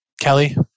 Kelly